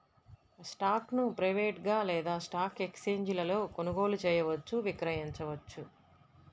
స్టాక్ను ప్రైవేట్గా లేదా స్టాక్ ఎక్స్ఛేంజీలలో కొనుగోలు చేయవచ్చు, విక్రయించవచ్చు